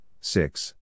six